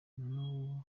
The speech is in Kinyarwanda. n’ubu